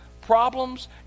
problems